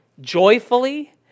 joyfully